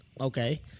Okay